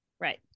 Right